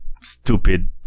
stupid